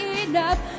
enough